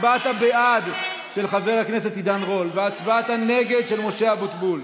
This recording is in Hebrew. הצבעת הבעד של חבר הכנסת עידן רול והצבעת הנגד של משה אבוטבול.